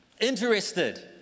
interested